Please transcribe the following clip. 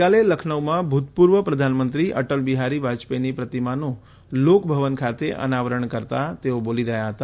ગઈકાલે લખનઉમાં ભૂતપૂર્વ પ્રધાનમંત્રી અટલ બિહારી વાજપેયીની પ્રતિમાનું લોકભવન ખાતે અનાવરણ કરતા તેઓ બોલી રહ્યા હતા